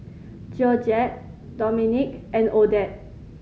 Georgette Dominque and Odette